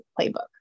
playbook